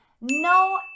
no